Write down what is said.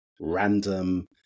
random